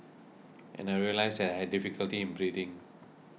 and I realised that I had difficulty in breathing